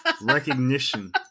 recognition